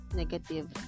negative